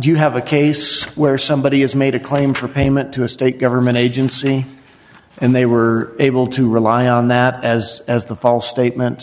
do you have a case where somebody has made a claim for payment to a state government agency and they were able to rely on that as as the false statement